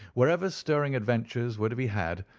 wherever stirring adventures were to be had,